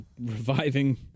reviving